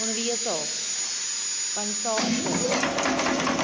उणिवीह सौ पंज सौ अठ